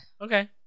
Okay